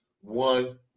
one